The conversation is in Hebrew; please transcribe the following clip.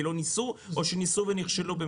כי לא ניסו, או ניסו ונכשלו?